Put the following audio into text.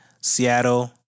Seattle